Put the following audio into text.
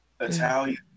Italian